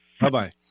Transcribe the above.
Bye-bye